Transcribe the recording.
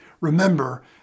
remember